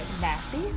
nasty